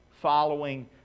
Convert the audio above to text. following